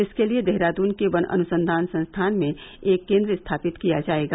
इसके लिए देहरादून के वन अनुसंधान संस्थान में एक केन्द्र स्थापित किया जायेगा